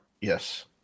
Yes